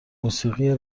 موسیقی